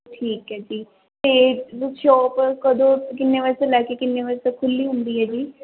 ਠੀਕ ਹੈ ਜੀ ਅਤੇ ਬੁੱਕ ਸ਼ੋਪ ਕਦੋਂ ਕਿੰਨੇ ਵਜੇ ਤੋਂ ਲੈ ਕੇ ਕਿੰਨੇ ਵਜੇ ਤੱਕ ਖੁੱਲੀ ਹੁੰਦੀ ਹੈ ਜੀ